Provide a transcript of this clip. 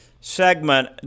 segment